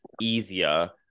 easier